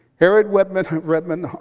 harriet redmond redmond